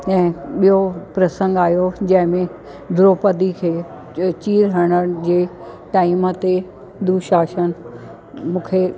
ऐं ॿियो प्रसंग आयो जंहिंमें द्रौपदी खे चीर हरण जे टाइम ते दुशाशन मूंखे